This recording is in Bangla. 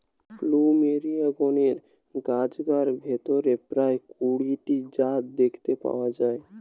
প্লুমেরিয়া গণের গাছগার ভিতরে প্রায় কুড়ি টি জাত দেখতে পাওয়া যায়